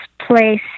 place